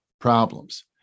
problems